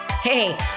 Hey